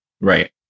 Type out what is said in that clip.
Right